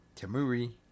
Tamuri